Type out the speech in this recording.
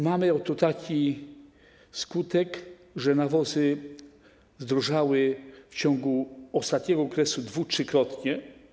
Mamy taki skutek, że nawozy zdrożały w ciągu ostatniego okresu dwu-, trzykrotnie.